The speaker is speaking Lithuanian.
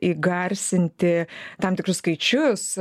įgarsinti tam tikrus skaičius